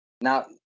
Now